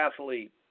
athlete